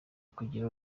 kugira